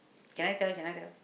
can I tell can I tell